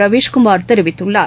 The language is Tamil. ரவிஷ் குமார் தெரிவித்துள்ளார்